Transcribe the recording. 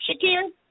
Shakir